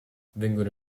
vengono